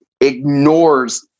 ignores